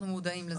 אנחנו מודעים לזה.